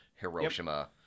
Hiroshima